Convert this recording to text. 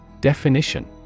Definition